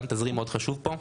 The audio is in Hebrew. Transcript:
גם תזרים חשוב מאוד פה.